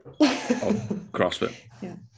CrossFit